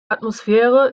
atmosphäre